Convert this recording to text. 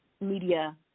media